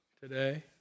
today